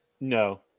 No